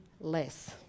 less